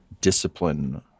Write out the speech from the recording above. discipline